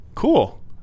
Cool